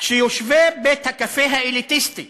כשיושבי בית-הקפה האליטיסטי